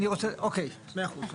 אוקיי, 100 אחוז.